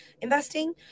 investing